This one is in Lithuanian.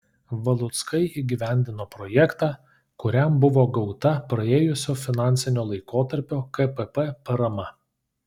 valuckai įgyvendino projektą kuriam buvo gauta praėjusio finansinio laikotarpio kpp parama